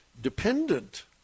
dependent